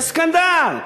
זה סקנדל.